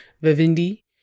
Vivendi